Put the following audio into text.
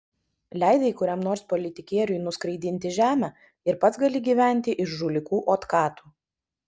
leidai kuriam nors politikieriui nuskraidinti žemę ir pats gali gyventi iš žulikų otkatų